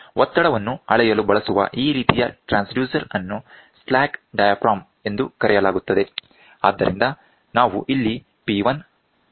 ಒತ್ತಡವನ್ನು ಅಳೆಯಲು ಬಳಸುವ ಈ ರೀತಿಯ ಟ್ರಾನ್ಸ್ಡ್ಯೂಸರ್ ಅನ್ನು ಸ್ಲಾಕ್ ಡಯಾಫ್ರಮ್ ಎಂದು ಕರೆಯಲಾಗುತ್ತದೆ